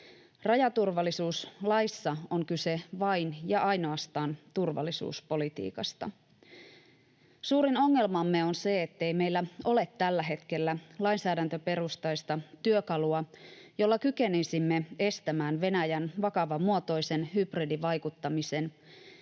Rajaturvallisuuslaissa on kyse vain ja ainoastaan turvallisuuspolitiikasta. Suurin ongelmamme on se, ettei meillä ole tällä hetkellä lainsäädäntöperustaista työkalua, jolla kykenisimme estämään Venäjän vakavamuotoisen hybridivaikuttamisen,